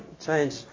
change